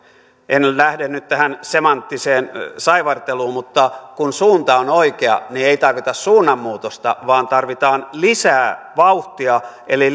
en lähde nyt tähän semanttiseen saivarteluun mutta kun suunta on oikea ei tarvita suunnanmuutosta vaan tarvitaan lisää vauhtia eli